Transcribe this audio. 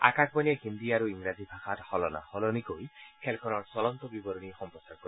আকাশবাণীয়ে হিন্দী আৰু ইংৰাজী ভাষাত সলনা সলনিকৈ খেলখনৰ চলন্ত বিৱৰণী সম্প্ৰচাৰ কৰিব